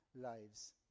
lives